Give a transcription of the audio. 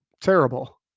terrible